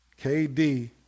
KD